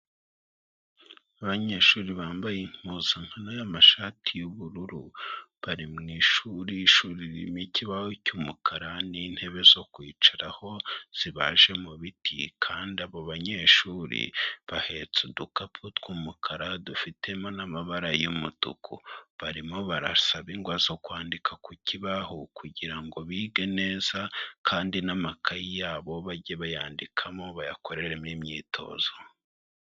Abanyeshuri bambaye impuzankano y'amashati y'ubururu bari mu ishuri, ishuri ririmo ikibaho cy'umukara n'intebe zo kwicaraho zibaje mu biti, kandi abo banyeshuri bahetse udukapu tw'umukara dufitemo n'amabara y'umutuku, barimo barasaba ingwa zo kwandika ku kibaho kugira ngo bige neza, kandi n'amakayi yabo bajye bayandikamo bayakoreremo imyitozo.